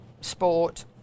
sport